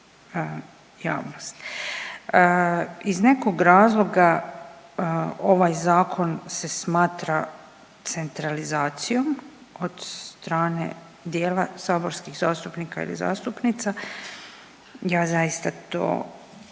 Iz nekog razloga ovaj Zakon se smatra centralizacijom od strane dijela saborskih zastupnika ili zastupnica, ja zaista to